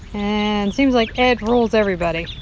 and seems like ed rules everybody.